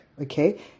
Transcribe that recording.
Okay